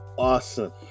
awesome